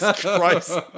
Christ